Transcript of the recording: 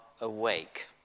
awake